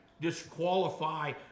disqualify